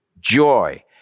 joy